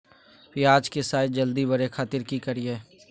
प्याज के साइज जल्दी बड़े खातिर की करियय?